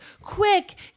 Quick